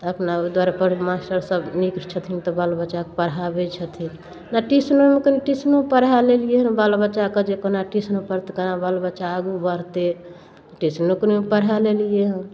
अपना ओहि दुआरे मास्टरसब नीक छथिन तऽ बाल बच्चाके पढ़ाबै छथिन ट्यूशन ट्यूशनो पढ़ा लेलिए हँ बाल बच्चाके जे कहुना ट्यूशनो पढ़तै बाल बच्चा आगू बढ़तै ट्यूशनो पढ़ा लेलिए हँ